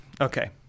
okay